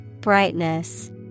Brightness